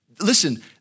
listen